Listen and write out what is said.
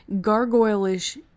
gargoyle-ish